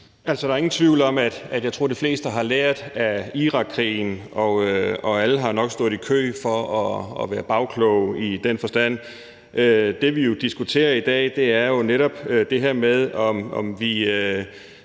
der er nogen tvivl om, at de fleste har lært af Irakkrigen, og alle har nok stået i kø for at være bagklog i den forbindelse. Det, vi jo diskuterer i dag, er netop det her med, om vi